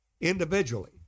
individually